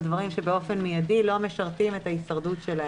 דברים שבאופן מיידי לא משרתים את ההישרדות שלהם.